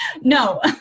No